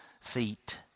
feet